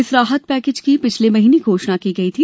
इस राहत पैकेज की पिछले महीने घोषणा की गई थी